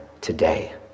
today